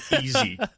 easy